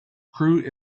crewe